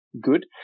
good